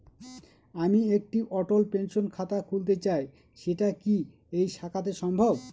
আমি একটি অটল পেনশন খাতা খুলতে চাই সেটা কি এই শাখাতে সম্ভব?